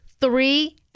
three